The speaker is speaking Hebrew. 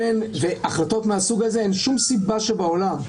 והחלטות מהסוג הזה אין שום סיבה שבעולם,